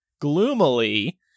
gloomily